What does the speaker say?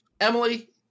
Emily